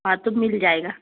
हाँ तो मिल जाएगा